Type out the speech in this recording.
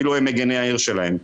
כאילו הם מגיני העיר שלהם.